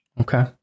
Okay